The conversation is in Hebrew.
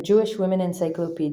ב-Jewish Women Encyclopedia